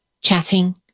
chatting